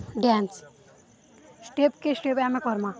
dance ଷ୍ଟେପ୍କେ step ଆମେ କର୍ମା